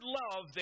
love